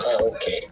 okay